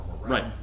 Right